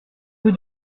rue